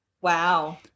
Wow